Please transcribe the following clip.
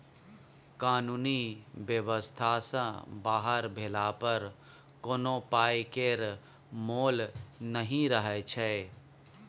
कानुनी बेबस्था सँ बाहर भेला पर कोनो पाइ केर मोल नहि रहय छै